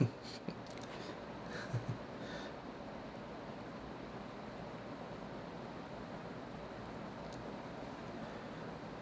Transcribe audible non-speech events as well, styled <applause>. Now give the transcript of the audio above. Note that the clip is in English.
<laughs>